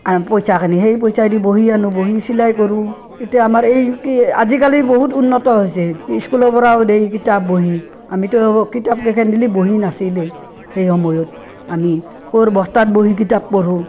আৰু পইচাখিনি সেই পইচাই দি বহী আনো বহী চিলাই কৰোঁ তেতিয়া আমাৰ এই কি আজিকালি বহুত উন্নত হৈছে স্কুলৰ পৰাও দেই কিতাপ বহী আমিতো ভাবোঁ কিতাপকেইখন দিলে বহী নাছিলেই সেই সময়ত আমি ক'ৰ বস্তাত বহি কিতাপ পঢ়োঁ